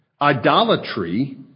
idolatry